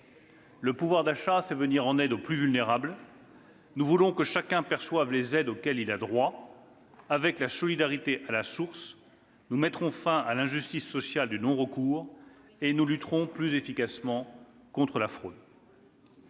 Le pouvoir d'achat, c'est venir en aide aux plus vulnérables. » En rétablissant l'ISF, par exemple ?« Nous voulons que chacun perçoive les aides auxquelles il a droit. Avec la solidarité à la source, nous mettrons fin à l'injustice sociale du non-recours et nous lutterons plus efficacement contre la fraude.